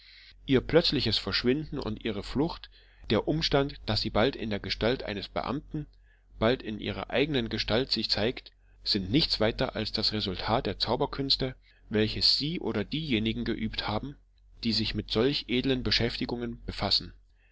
ihr plötzliches verschwinden und ihre flucht der umstand daß sie bald in der gestalt eines beamten bald in ihrer eigenen gestalt sich zeigt sind weiter nichts als das resultat der zauberkünste welche sie oder diejenigen geübt haben die sich mit solch edlen beschäftigungen befassen